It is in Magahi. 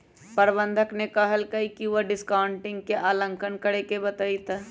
प्रबंधक ने कहल कई की वह डिस्काउंटिंग के आंकलन करके बतय तय